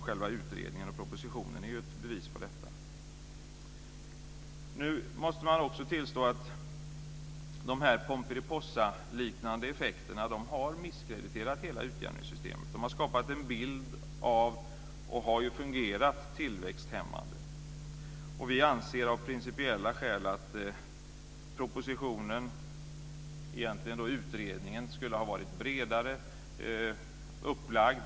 Själva utredningen och propositionen är ju ett bevis på detta. Nu måste man också tillstå att de pomperipossaliknande effekterna har misskrediterat hela utjämningssystemet. De har skapat en bild av att vara och också fungerat tillväxthämmande. Vi anser av principiella skäl att propositionen, egentligen utredningen, skulle ha varit bredare upplagd.